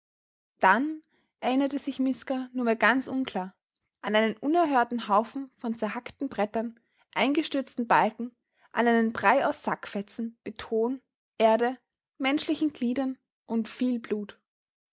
dann erinnerte sich miska nur mehr ganz unklar an einen unerhörten haufen von zerhackten brettern eingestürzten balken an einen brei aus sackfetzen beton erde menschlichen gliedern und viel blut